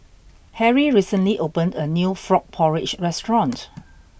Harrie recently opened a new frog porridge restaurant